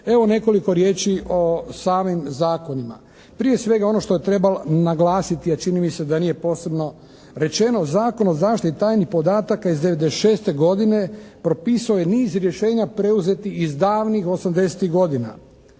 Evo nekoliko riječi o samim zakonima. Prije svega ono što je trebalo naglasiti je, čini mi se da nije posebno rečeno Zakon o zaštiti tajnih podataka iz 1996. godine propisao je niz rješenja preuzetih iz davnih osamdesetih